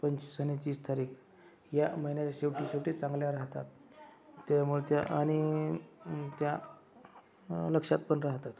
पंचवीस आणि तीस तारीख या महिन्याच्या शेवटी शेवटी चांगल्या राहतात त्यामुळे त्या आणि त्या लक्षात पण राहतात